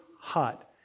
hot